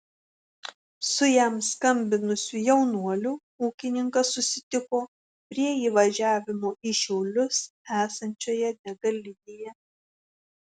su jam skambinusiu jaunuoliu ūkininkas susitiko prie įvažiavimo į šiaulius esančioje degalinėje